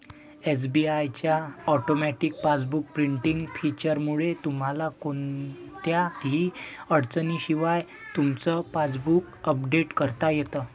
SBI च्या automatic passbook printing फीचरमुळे तुम्हाला कोणत्याही अडचणीशिवाय तुमचं पासबुक अपडेट करता येतं